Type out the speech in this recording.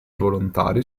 volontari